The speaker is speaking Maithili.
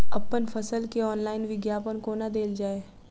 अप्पन फसल केँ ऑनलाइन विज्ञापन कोना देल जाए?